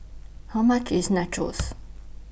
How much IS Nachos